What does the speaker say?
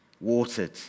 watered